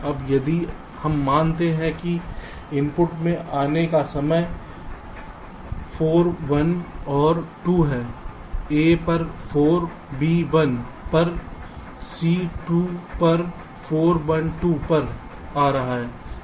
अब यदि हम मानते हैं कि इनपुट के आने का समय 4 1 और 2 है a पर 4 b 1 पर c 2 पर 4 1 2 पर आ रहा है